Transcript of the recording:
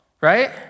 Right